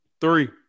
Three